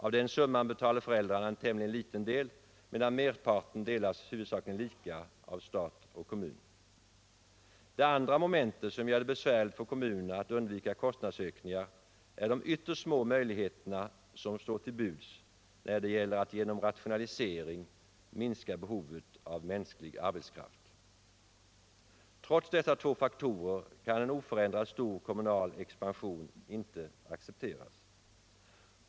Av den summan betalar föräldrarna en tämligen liten det, medan merparten delas huvudsakligen lika av stat och kommun. Det andra momentet som gör det besvärligt för kommunerna att undvika kostnadsökningar är de ytterst små möjligheter som står till buds när det gäller alt genom rationalisering minska behovet av mänsklig arbetskraft. Trots dessa två faktorer kan en oförändrat stor kommunal expansion inte accepteras.